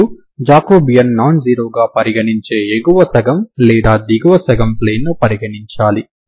మీరు Jacobian non జీరోగా పరిగణించే ఎగువ సగం లేదా దిగువ సగం ప్లేన్ ను పరిగణించాలి